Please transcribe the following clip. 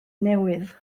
newydd